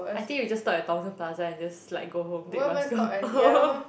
I think we just stop at Thomson Plaza and just like go home take bus go home